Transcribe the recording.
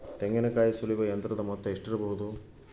ತೆಂಗಿನಕಾಯಿ ಸುಲಿಯುವ ಯಂತ್ರದ ಮೊತ್ತ ಎಷ್ಟಿರಬಹುದು?